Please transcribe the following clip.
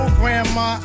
grandma